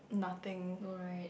nothing